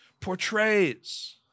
portrays